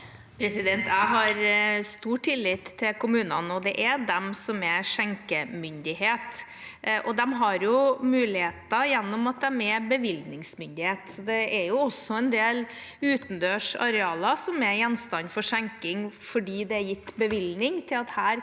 Jeg har stor til- lit til kommunene, og det er de som er skjenkemyndighet. De har muligheter gjennom at de er bevillingsmyndighet, så det er også en del utendørs arealer som er gjenstand for skjenking fordi det er gitt bevilling til at det